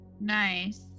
Nice